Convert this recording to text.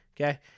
okay